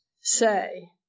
say